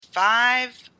Five